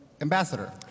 ambassador